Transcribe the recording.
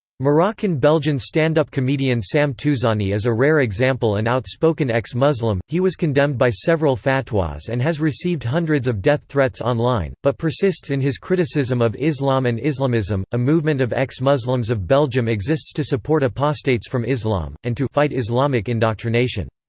moroccan-belgian stand-up comedian sam touzani is a rare example an outspoken ex-muslim he was condemned by several fatwas and has received hundreds of death threats online, but persists in his criticism of islam and islamism a movement of ex-muslims of belgium exists to support apostates from islam, and to fight islamic indoctrination.